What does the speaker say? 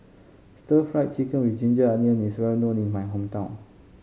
Stir Fry Chicken with ginger onion is well known in my hometown